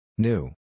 new